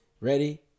Ready